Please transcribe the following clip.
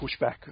pushback